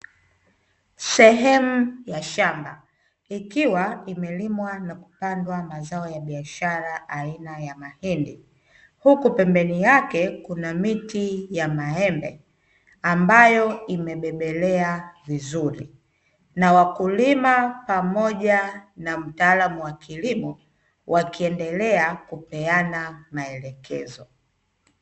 Sehemu ya shamba ikiwa imelimwa na kupandwa mazao ya biashara aina ya mahindi. Huku pembeni yake kuna miti ya maembe ambayo imebebelea vizuri, na wakulima pamoja na mtaalamu wa kilimo wakiendelea kupeana maelekezo.